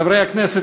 חברי הכנסת,